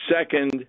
second